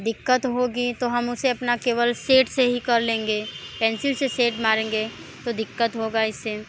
दिक्कत होगी तो हम उसे अपना केवल सेड से ही कर लेंगे पेंसिल से सेड मारेंगे तो दिक्कत होगा इससे